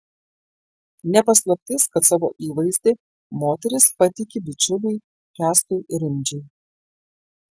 ne paslaptis kad savo įvaizdį moteris patiki bičiuliui kęstui rimdžiui